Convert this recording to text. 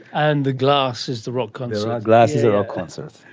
and the glass is the rock concert. and the glass is the rock concert.